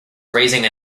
raising